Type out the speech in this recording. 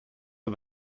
are